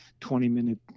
20-minute